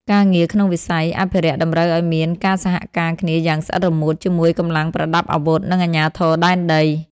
ការងារក្នុងវិស័យអភិរក្សតម្រូវឱ្យមានការសហការគ្នាយ៉ាងស្អិតរមួតជាមួយកម្លាំងប្រដាប់អាវុធ និងអាជ្ញាធរដែនដី។